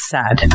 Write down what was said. sad